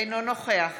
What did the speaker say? אינו נוכח